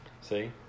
See